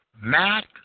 Matt